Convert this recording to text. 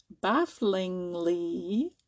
bafflingly